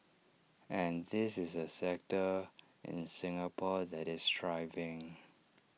and this is A sector in Singapore that is thriving